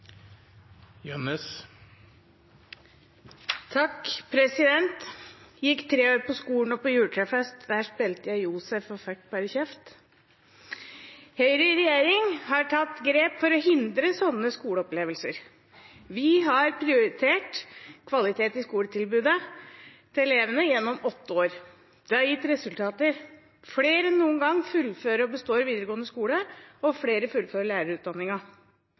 tre år på skolen Og på juletrefest Der spelte je Josef Men fekk bære kjeft» Høyre i regjering har tatt grep for å hindre sånne skoleopplevelser. Vi har prioritert kvalitet i skoletilbudet til elevene gjennom åtte år. Det har gitt resultater. Flere enn noen gang fullfører og består videregående skole, og flere fullfører